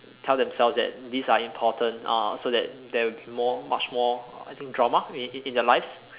tell themselves that these are important uh so that there will be more much more I think drama in in in their lives